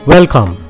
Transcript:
Welcome